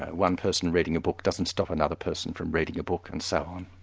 ah one person reading a book doesn't stop another person from reading a book, and so on.